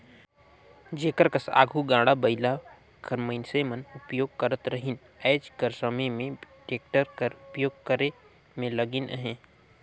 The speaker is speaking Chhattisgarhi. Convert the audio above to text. जेकर कस आघु गाड़ा बइला कर मइनसे मन उपियोग करत रहिन आएज कर समे में टेक्टर कर उपियोग करे में लगिन अहें